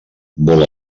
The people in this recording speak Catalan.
vol